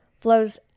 flows